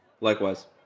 likewise